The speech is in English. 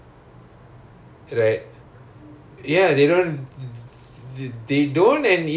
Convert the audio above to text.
err okay okay because they don't know how the motion is and all ya